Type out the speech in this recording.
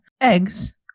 eggs